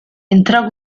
entrò